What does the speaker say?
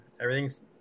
Everything's